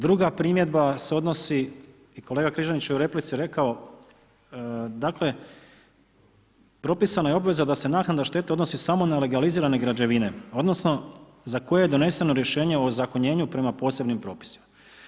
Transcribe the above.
Druga primjedba se odnosi i kolega Križanić je u replici rekao, dakle propisana je obveza da se naknada štete odnosi samo na legalizirane građevine, odnosno za koje je doneseno rješenje o ozakonjenju prema posebnim propisima.